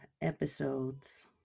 episodes